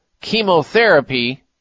Chemotherapy